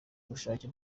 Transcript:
ubushake